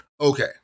Okay